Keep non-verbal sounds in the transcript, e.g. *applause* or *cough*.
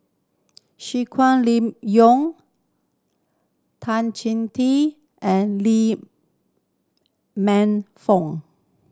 *unintelligible* Tan *unintelligible* Tee and Lee Man Fong